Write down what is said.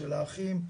של האחים.